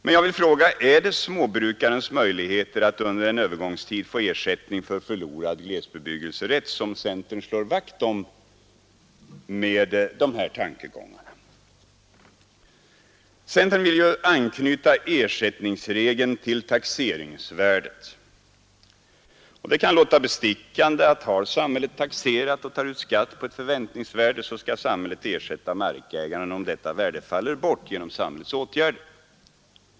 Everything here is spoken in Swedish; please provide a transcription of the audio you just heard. Men är det småbrukarens möjligheter att under en övergångstid få ersättning för förlorad glesbebyggelserätt som centern slår vakt om med dessa tankegångar? Centern vill ju anknyta ersättningsregeln till taxeringsvärdet. Det kan låta bestickande, att har samhället taxerat och tar ut skatt på ett förväntningsvärde skall samhället ersätta markägaren om detta värde faller bort genom samhällets åtgärder.